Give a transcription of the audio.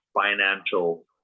financial